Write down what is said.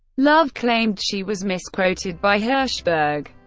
love claimed she was misquoted by hirschberg,